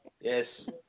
yes